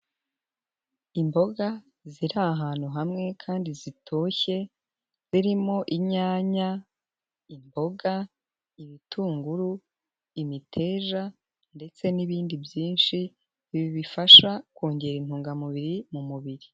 Imboga ziri ahantu hamwe kandi zitoshye, zirimo inyanya, imboga, ibitunguru, imiteja ndetse n'ibindi byinshi, ibi bifasha kongera intungamubiri mu mubiri.